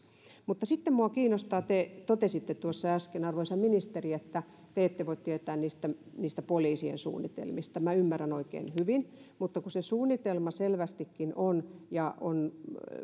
mutta sitten minua kiinnostaa te totesitte tuossa äsken arvoisa ministeri että te ette voi tietää niistä niistä poliisien suunnitelmista minä ymmärrän sen oikein hyvin mutta kun se suunnitelma selvästikin on ja kun